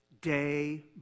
day